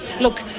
look